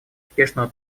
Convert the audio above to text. успешного